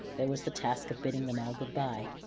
there was the task of bidding them all good-bye,